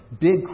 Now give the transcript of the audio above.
Big